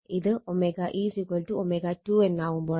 ഇത് ω ω2 ആവുമ്പോളാണ്